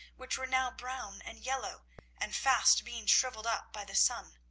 which were now brown and yellow and fast being shrivelled up by the sun.